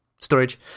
storage